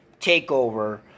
takeover